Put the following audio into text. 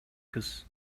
кыз